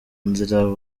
nzira